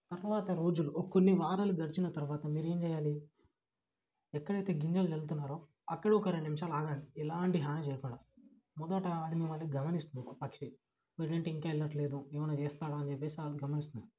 తర్వాత రోజులు కొన్ని వారాలు గడిచిన తర్వాత మీరేం చెయ్యాలి ఎక్కడైతే గింజలు చల్లుతున్నారో అక్కడ ఒక రెండు నిమిషాలు ఆగండి ఎలాంటి హానీ చేయకుండా మొదట అది మిమ్మల్ని గమనిస్తుంది ఆ పక్షి వీడెంటి ఇంకా వెళ్ళట్లేదు వీడేమైనా చేస్తాడా అని చెప్పి అది గమనిస్తుంది